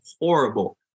horrible